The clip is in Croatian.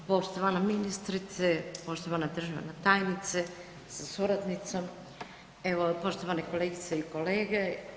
Poštovana ministrice, poštovana državna tajnice sa suradnicom, poštovane kolegice i kolege.